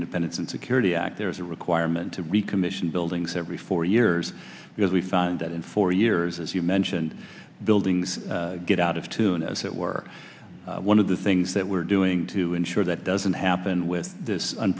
independence and security act there is a requirement to recommission buildings every four years because we found that in four years as you mentioned buildings get out of tune as it were one of the things that we're doing to ensure that doesn't happen with this